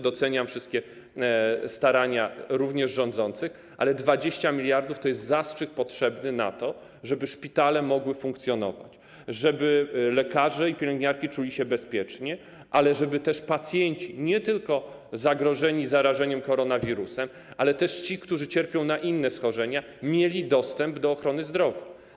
Doceniam wszystkie starania, również rządzących, ale 20 mld to jest zastrzyk potrzebny, żeby szpitale mogły funkcjonować, żeby lekarze i pielęgniarki czuli się bezpiecznie, ale też żeby pacjenci, nie tylko zagrożeni zarażeniem koronawirusem, ale też ci, którzy cierpią na inne schorzenia, mieli dostęp do ochrony zdrowia.